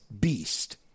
beast